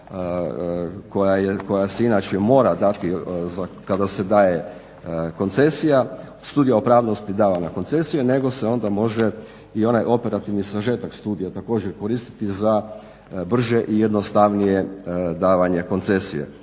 koja se inače mora dati kada se daje koncesija, studija opravdanosti davanja koncesije nego se onda može i onaj operativni sažetak studija također koristiti za brže i jednostavnije davanje koncesije.